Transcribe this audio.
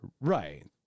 Right